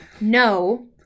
No